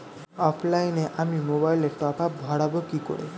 অফলাইনে আমি মোবাইলে টপআপ ভরাবো কি করে?